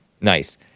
Nice